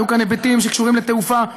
היו כאן היבטים שקשורים לתעופה ולתחבורה.